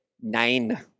nein